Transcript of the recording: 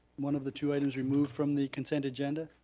one of the two items removed from the consent agenda?